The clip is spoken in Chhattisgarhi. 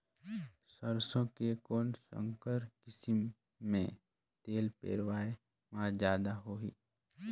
सरसो के कौन संकर किसम मे तेल पेरावाय म जादा होही?